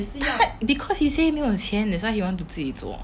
他 because he say 没有钱 that's why he want to 自己做